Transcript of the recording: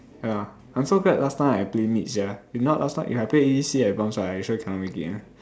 ya I'm so glad last time I play mid sia if not last time if I play A_D_C I bronze right I sure cannot make it [one]